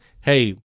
hey